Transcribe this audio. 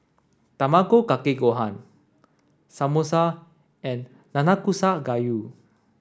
Tamago Kake Gohan Samosa and Nanakusa Gayu